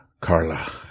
Carla